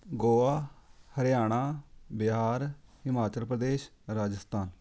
Goa Haryana Bihar Himachal Pradesh Rajasthan